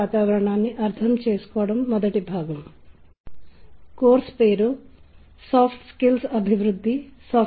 ఈరోజు చర్చలో మనం ముఖ్యంగా సంగీతంతో వ్యవహారం సాగిస్తాము కానీ మనం శబ్దాలతో కూడా వ్యవహరిస్తాము